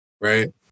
Right